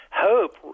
hope